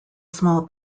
small